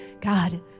god